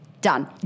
Done